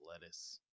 lettuce